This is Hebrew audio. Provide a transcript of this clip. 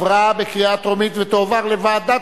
עברה בקריאה טרומית ותועבר לוועדת